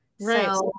Right